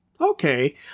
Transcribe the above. Okay